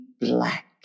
Black